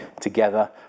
together